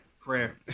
Prayer